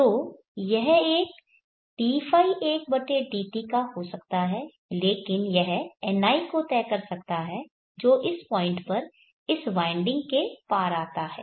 तो यह एक dϕ1dt का हो सकता है लेकिन यह NI को तय कर सकता है जो इस पॉइंट पर इस वाइंडिंग के पार आता है